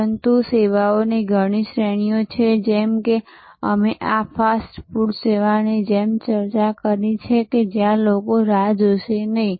પરંતુ સેવાઓની ઘણી શ્રેણીઓ છે જેમ કે અમે આ ફાસ્ટ ફૂડ સેવાની જેમ ચર્ચા કરી છે જ્યાં લોકો રાહ જોશે નહીં